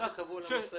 מה זה "קבוע על המשאית"?